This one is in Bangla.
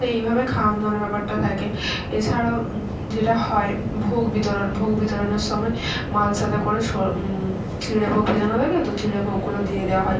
তো এইভাবে খাওনো দাওনের ব্যাপারটা থাকে এছাড়াও যেটা হয় ভোগ বিতরণ ভোগ বিতরণের সময় মালসাতে করে স চিঁড়ে ভোগ ভেজানো থাকে তো চিঁড়ে ভোগগুলো দিয়ে দেওয়া হয়